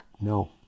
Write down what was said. No